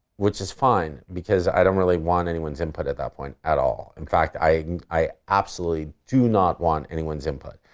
which is fine because i don't really want anyone's input at that point at all. in fact, i and i absolutely do not want anyone's input.